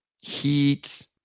heat